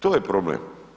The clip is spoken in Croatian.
To je problem.